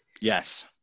Yes